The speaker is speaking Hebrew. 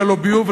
ללא ביוב,